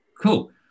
Cool